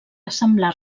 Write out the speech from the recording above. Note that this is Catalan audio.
assemblar